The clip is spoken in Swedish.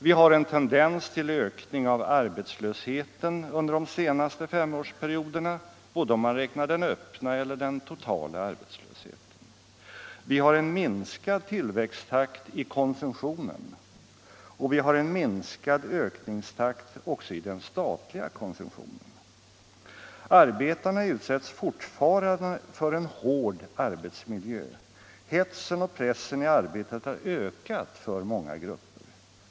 Vi har en tendens till ökning av arbetslösheten under de senaste femårsperioderna både om man räknar den öppna och den totala arbetslösheten. Vi har minskad tillväxttakt i konsumtionen, också i den statliga konsumtionen. Arbetarna utsätts fortfarande för en hård arbetsmiljö. Hetsen och pressen i arbetet har ökat för många grupper.